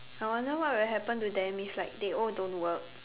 I wonder what will happen to them if like they all don't work